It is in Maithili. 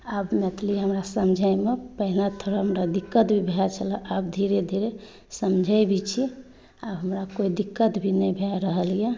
आब मैथिली हमरा समझैमे पहिने थोड़ा मोड़ा दिक्कत भी भए छलै आब धीरे धीरे समझै भी छी आओर हमरा कोइ दिक्कत भी नहि भऽ रहल अइ